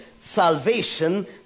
salvation